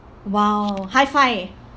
!wow! high five